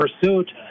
pursuit